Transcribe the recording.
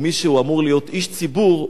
או מי שאמור להיות איש ציבור,